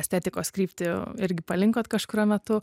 estetikos kryptį irgi palinkot kažkuriuo metu